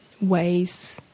ways